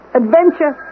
adventure